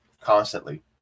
constantly